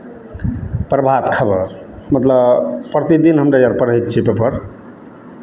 प्रभात खबर मतलब प्रतिदिन हमरे अर पढ़ै छियै पेपर